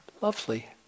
lovely